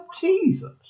Jesus